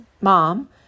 Mom